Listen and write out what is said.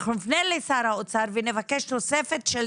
אנחנו נפנה לשר האוצר ונבקש תוספת של